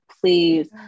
please